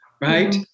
Right